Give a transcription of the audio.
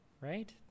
right